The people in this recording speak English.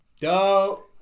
Dope